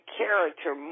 character